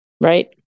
Right